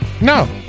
No